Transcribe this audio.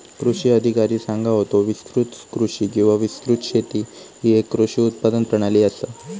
कृषी अधिकारी सांगा होतो, विस्तृत कृषी किंवा विस्तृत शेती ही येक कृषी उत्पादन प्रणाली आसा